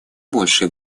больше